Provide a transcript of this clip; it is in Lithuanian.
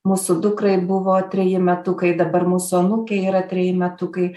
mūsų dukrai buvo treji metukai dabar mūsų anūkei yra treji metukai